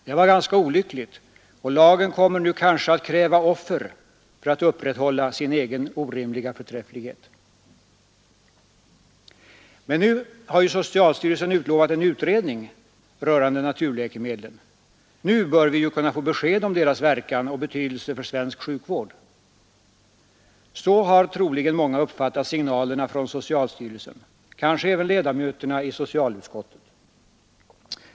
Det var ganska olyckligt, och lagen kommer nu kanske att kräva offer för att upprätthålla sin egen orimliga förträfflighet. Men nu har ju socialstyrelsen utlovat en utredning rörande naturläkemedlen. Nu bör vi ju kunna få besked om deras verkan och betydelse för svensk sjukvård. Så har troligen många uppfattat signalerna från socialstyrelsen — kanske även ledamöterna i socialutskottet.